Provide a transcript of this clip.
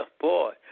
boy